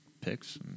picks